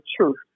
truth